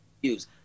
use